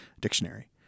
dictionary